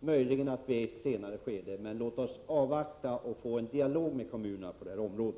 möjligen i ett senare skede. Låt oss avvakta och få en dialog med kommunerna på detta område!